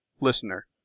listener